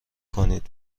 کنید